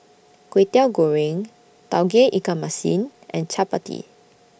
Kwetiau Goreng Tauge Ikan Masin and Chappati